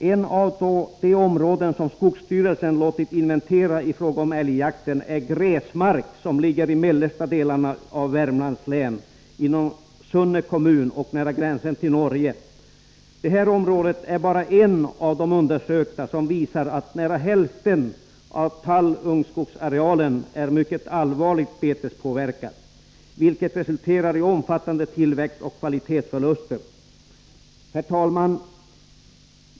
Ett av de områden som skogsstyrelsen låtit inventera i fråga om älgbeten är Gräsmark, som ligger i mellersta delarna av Värmlands län, inom Sunne kommun och nära gränsen till Norge. Detta område är bara ett av de undersökta som visar att nära hälften av tallungskogsarealen är mycket allvarligt betespåverkad, vilket resulterar i omfattande tillväxtoch kvalitetsförluster. Herr talman!